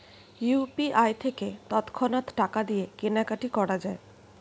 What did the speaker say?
UPI থেকে তৎক্ষণাৎ টাকা দিয়ে কেনাকাটি করা যায়